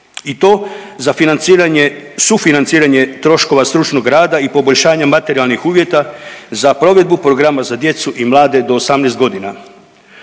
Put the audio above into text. sufinanciranje troškova stručnog rada i poboljšanja materijalnih uvjeta za provedbu programa za djecu i mlade do 18 godina.